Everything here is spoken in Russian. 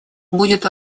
будет